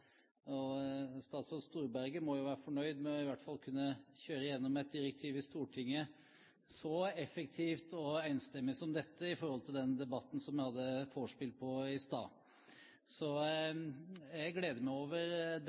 direktivet. Statsråd Storberget må jo være fornøyd med i hvert fall å kunne kjøre gjennom et direktiv i Stortinget så effektivt og enstemmig som dette, i forhold til den debatten vi hadde vorspiel på i stad. Så jeg gleder meg over den utviklingen, for det